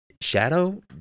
Shadow